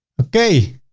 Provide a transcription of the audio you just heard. okay.